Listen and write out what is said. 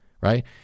right